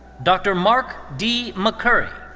dr. mark d. mccurry.